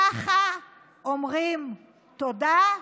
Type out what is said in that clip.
ככה אומרים תודה?